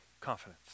confidence